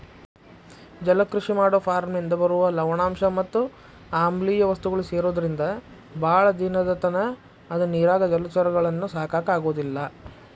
ಜಲಕೃಷಿ ಮಾಡೋ ಫಾರ್ಮನಿಂದ ಬರುವ ಲವಣಾಂಶ ಮತ್ ಆಮ್ಲಿಯ ವಸ್ತುಗಳು ಸೇರೊದ್ರಿಂದ ಬಾಳ ದಿನದತನ ಅದ ನೇರಾಗ ಜಲಚರಗಳನ್ನ ಸಾಕಾಕ ಆಗೋದಿಲ್ಲ